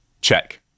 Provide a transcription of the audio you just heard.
Check